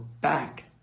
back